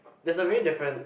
there's a very different